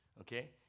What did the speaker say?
okay